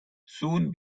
soon